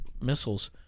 missiles